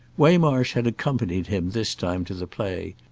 waymarsh had accompanied him this time to the play,